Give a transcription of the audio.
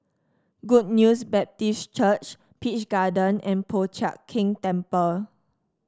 Good News Baptist Church Peach Garden and Po Chiak Keng Temple